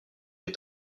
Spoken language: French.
les